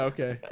Okay